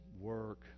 work